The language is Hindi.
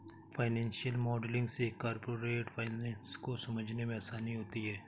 फाइनेंशियल मॉडलिंग से कॉरपोरेट फाइनेंस को समझने में आसानी होती है